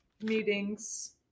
meetings